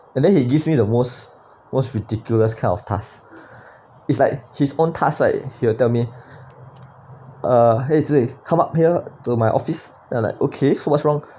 and then he give me the most was ridiculous kind of task it's like his own task like he'll tell me uh !hey! come up here to my office now like okay what's wrong